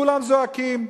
כולם זועקים: